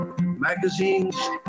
magazines